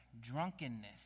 drunkenness